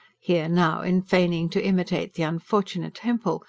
here, now, in feigning to imitate the unfortunate hempel,